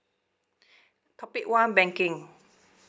topic one banking